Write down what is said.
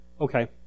Okay